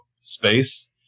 Space